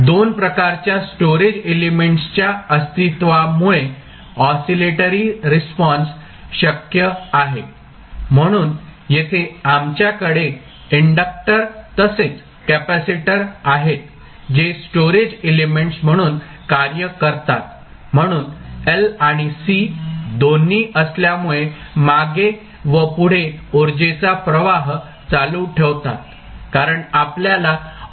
दोन प्रकारच्या storage elements च्या अस्तित्वामुळे ऑसीलेटरी रिस्पॉन्स शक्य आहे म्हणून येथे आमच्याकडे इंडक्टर तसेच कॅपेसिटर आहेत जे स्टोरेज एलिमेंट्स म्हणून कार्य करतात म्हणून L आणि C दोन्ही असल्यामुळे मागे व पुढे उर्जेचा प्रवाह चालू ठेवतात कारण आपल्याला ऑसीलेटरी रिस्पॉन्स मिळतो